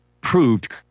proved